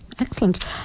excellent